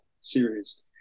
series